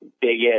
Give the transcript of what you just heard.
biggest